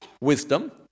Wisdom